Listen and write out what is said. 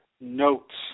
notes